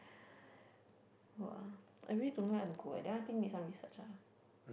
!wah! I really don't know where I wanna go eh that one I think need some research ah